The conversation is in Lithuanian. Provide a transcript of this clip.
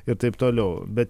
ir taip toliau bet